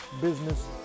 business